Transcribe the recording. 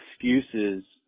excuses